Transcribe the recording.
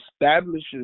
establishes